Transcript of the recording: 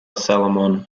salomon